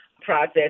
process